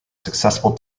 successful